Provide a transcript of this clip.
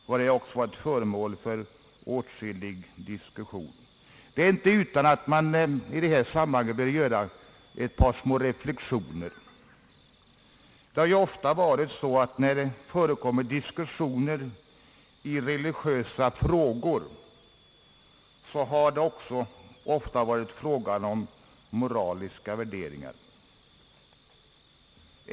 Kolonin har också varit föremål för åtskillig diskussion. Det är inte utan att man i detta sammanhang vill göra ett par små reflexioner. Vid diskussioner i religiösa frågor är det ofta tal om moraliska värderingar.